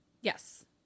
Yes